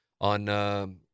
on